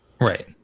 Right